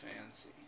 fancy